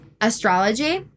astrology